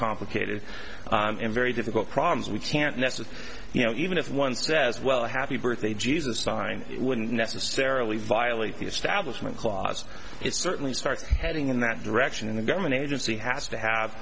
complicated and very difficult problems we can't mess with you know even if one says well happy birthday jesus sign it wouldn't necessarily violate the establishment clause it certainly starts heading in that direction and a government agency has to have